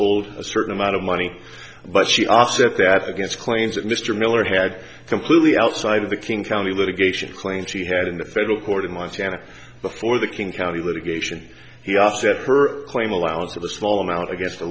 told a certain amount of money but she offset that against claims that mr miller had completely outside of the king county litigation claim she had in the federal court in montana before the king county litigation he offset her claim allowance of the small amount against